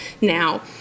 now